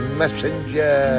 messenger